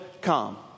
come